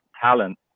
talent